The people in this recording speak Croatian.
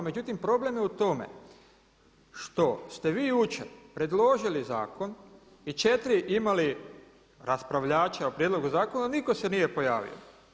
Međutim, problem je u tome što ste vi jučer predložili zakon i četiri imali raspravljača o prijedlogu zakona i nitko se nije pojavio.